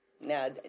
Now